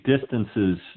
distances